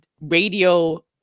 radio